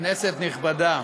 כנסת נכבדה,